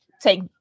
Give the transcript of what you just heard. take